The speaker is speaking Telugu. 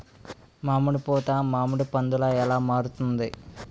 మామిడి పూత మామిడి పందుల ఎలా మారుతుంది?